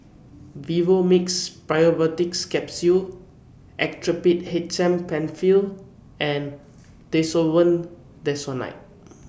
Vivomixx Probiotics Capsule Actrapid H M PenFill and Desowen Desonide